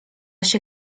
się